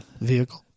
Vehicle